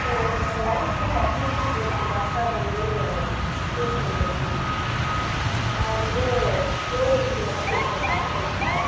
sir நாங்கள் eleventh group admission போடுறதுக்காக வந்து பேச வந்திருக்கோம் அவன் வந்து ஃபோர் எய்ட்டி மார்க் எடுத்திருக்கான் டென்த்தில்